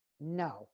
No